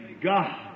God